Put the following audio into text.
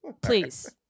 please